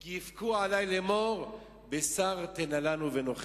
כי יבכו עלי לאמור בשר תנה לנו ונאכלה.